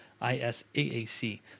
I-S-A-A-C